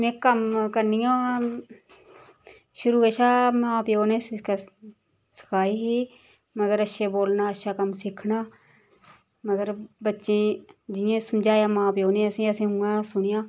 में कम्म करनी आं शुरू कशा मां प्यौ न सखाई ही मगर अच्छे बोलना अच्छा कम्म सिक्खना मगर बच्चें गी जियां समझाया मां प्यौ ने असें असें उयां सुनेआ